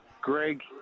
Greg